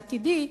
העתידי,